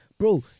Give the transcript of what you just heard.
Bro